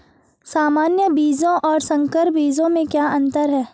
सामान्य बीजों और संकर बीजों में क्या अंतर है?